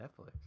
Netflix